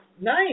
Nice